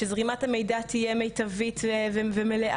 שזרימת המידע תהיה מיטבית ומלאה,